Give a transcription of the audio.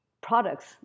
products